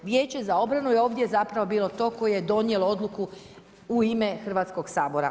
Vijeće za obranu je ovdje zapravo bilo to koje je donijelo odluku u ime Hrvatskog sabora.